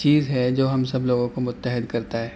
چیز ہے جو ہم سب لوگوں کو متحد کرتا ہے